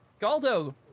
Galdo